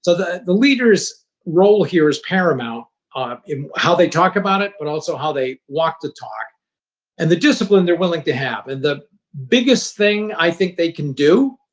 so the the leader's role here is paramount um in how they talk about but also how they walk the talk and the discipline they're willing to have. and the biggest thing i think they can do,